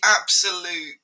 absolute